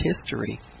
history